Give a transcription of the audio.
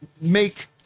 make